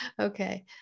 Okay